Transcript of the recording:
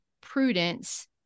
prudence